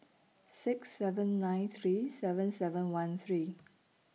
six seven nine three seven seven one three